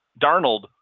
Darnold